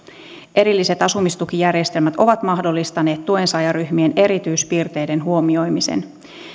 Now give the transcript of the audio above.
erilliset asumistukijärjestelmät ovat mahdollistaneet tuensaajaryhmien erityispiirteiden huomioimisen